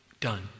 done